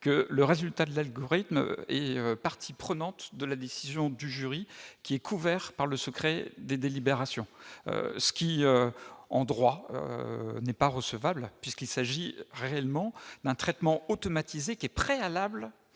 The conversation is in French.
que le résultat de l'algorithme est partie prenante de la décision du jury qui est couvert par le secret des délibérations, ce qui en droit n'est pas recevable puisqu'il s'agit réellement d'un traitement automatisé qui est préalable